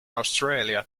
australia